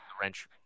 wrench